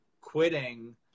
quitting